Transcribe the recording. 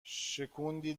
شکوندی